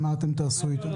מה תעשו איתם?